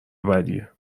بدیه